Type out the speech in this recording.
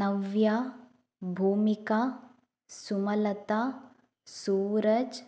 Navya Bhoomika Sumalatha Suraj